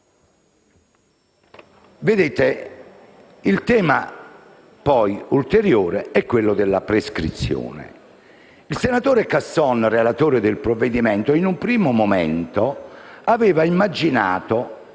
Il senatore Casson, relatore del provvedimento, in un primo momento aveva immaginato